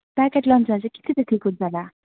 packet लन्चहरू चाहिँ के के गुड होला